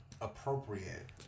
appropriate